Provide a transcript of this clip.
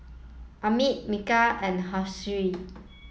Amit Milkha and